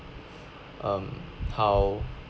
um how